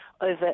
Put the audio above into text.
over